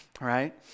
Right